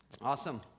awesome